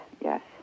yes